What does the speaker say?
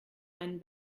einen